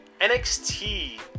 NXT